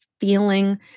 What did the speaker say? feeling